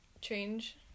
change